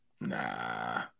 Nah